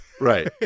Right